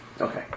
Okay